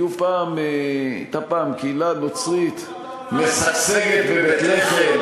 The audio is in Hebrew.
הייתה פעם קהילה נוצרית משגשגת בבית-לחם,